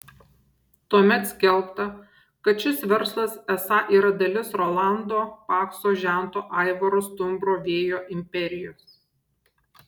tuomet skelbta kad šis verslas esą yra dalis rolando pakso žento aivaro stumbro vėjo imperijos